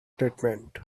statement